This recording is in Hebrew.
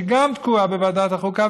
שגם היא תקועה בוועדת החוקה,